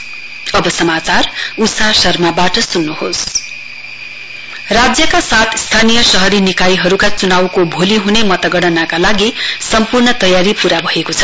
counting preparation राज्यका सात स्थानीय शहरी निकायहरूका चुनाउको भोलि हुने मतगणनाका लागि सम्पूर्ण तयार पूरा भएको छ